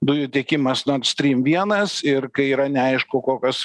dujų tiekimas nord strym vienas ir kai yra neaišku kokios